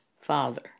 father